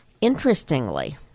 interestingly